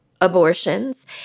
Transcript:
abortions